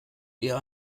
eher